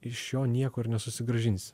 iš jo nieko ir nesusigrąžinsi